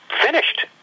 finished